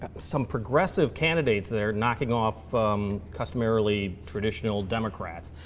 um some progressive candidates. they're knocking off um customarily traditional democrats.